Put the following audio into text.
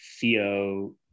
Theo